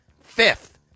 fifth